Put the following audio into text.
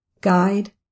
Guide